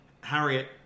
Harriet